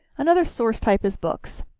another source type is books.